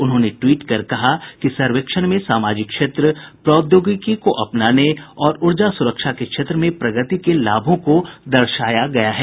उन्होंने टवीट करके कहा कि सर्वेक्षण में सामाजिक क्षेत्र प्रौद्योगिकी को अपनाने और ऊर्जा सुरक्षा के क्षेत्र में प्रगति के लाभों को दर्शाया गया है